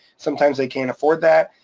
sometimes they can't afford that,